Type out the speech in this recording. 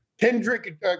Kendrick